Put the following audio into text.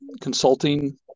consulting